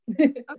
Okay